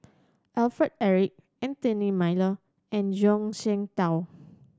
Alfred Eric Anthony Miller and Zhuang Shengtao